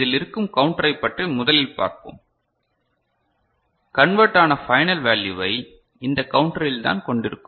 இதில் இருக்கும் கவுண்டரை பற்றி முதலில் பார்ப்போம் கன்வெர்ட் ஆன ஃபைனல் வேல்யூவை இந்த கவுண்டரில் தான் கொண்டிருக்கும்